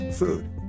Food